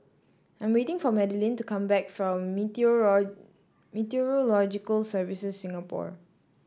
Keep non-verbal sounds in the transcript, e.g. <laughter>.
I'm waiting for Madelene to come back from <unintelligible> Meteorological Services Singapore